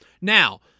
Now